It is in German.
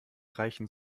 reichen